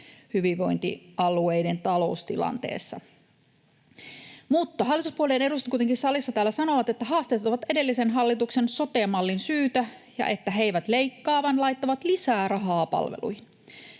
hyvinvointialueiden taloustilanteessa. Hallituspuolueiden edustajat kuitenkin täällä salissa sanovat, että haasteet ovat edellisen hallituksen sote-mallin syytä ja että he eivät leikkaa vaan laittavat lisää rahaa palveluihin.